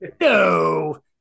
no